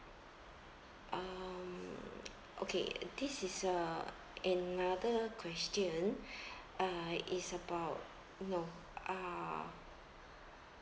um okay this is uh another question uh it's about no uh